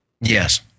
Yes